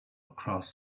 across